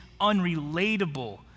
unrelatable